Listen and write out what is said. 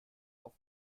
auf